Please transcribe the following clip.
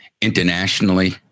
internationally